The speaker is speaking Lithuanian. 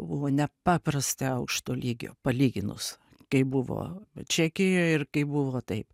buvo nepaprastai aukšto lygio palyginus kaip buvo čekijoj ir kaip buvo taip